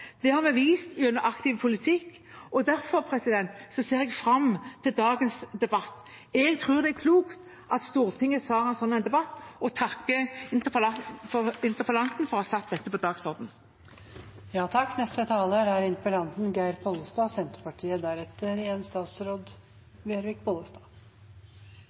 Det har vi vist gjennom aktiv politikk, og derfor ser jeg fram til dagens debatt. Jeg tror det er klokt at Stortinget samles om en debatt og takker interpellanten for å ha satt dette på dagsordenen. Det hadde ikkje vore meg imot å ha denne debatten i